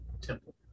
temple